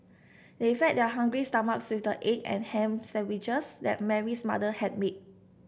they fed their hungry stomachs with the egg and ham sandwiches that Mary's mother had made